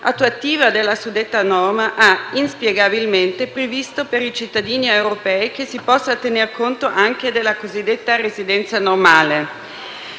attuativa della suddetta norma, ha inspiegabilmente previsto per i cittadini europei che si possa tener conto anche della cosiddetta residenza normale.